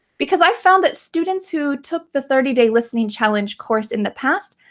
because i've found that students who took the thirty day listening challenge course in the past,